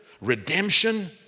redemption